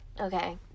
Okay